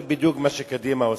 זה בדיוק מה שקדימה עושה,